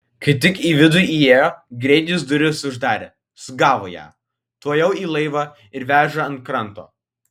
kai tik į vidų įėjo greit jis duris uždarė sugavo ją tuojau į laivą ir veža ant kranto